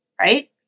right